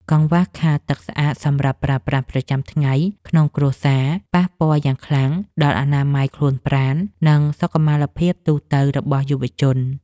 កង្វះខាតទឹកស្អាតសម្រាប់ប្រើប្រាស់ប្រចាំថ្ងៃក្នុងគ្រួសារ ប៉ះពាល់យ៉ាងខ្លាំងដល់អនាម័យខ្លួនប្រាណ និង សុខុមាលភាពទូទៅរបស់យុវជន។